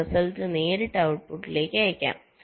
ആ റിസൾട്ട് നേരിട്ട് ഔട്ട്പുട്ടിലേക്ക് അയക്കാം